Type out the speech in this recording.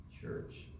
church